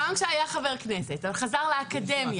גם כשהיה חבר כנסת, אבל חזר לאקדמיה.